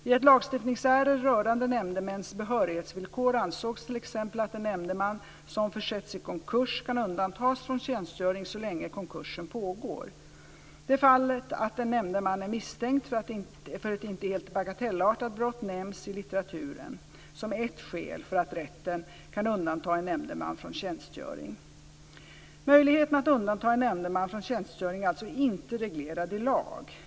I ett lagstiftningsärende rörande nämndemäns behörighetsvillkor ansågs t.ex. att en nämndeman som försätts i konkurs kan undantas från tjänstgöring så länge konkursen pågår . Det fallet att en nämndeman är misstänkt för ett inte helt bagatellartat brott nämns i litteraturen som ett skäl för rätten att undanta en nämndeman från tjänstgöring. Möjligheten att undanta en nämndeman från tjänstgöring är alltså inte reglerad i lag.